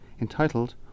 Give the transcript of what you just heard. entitled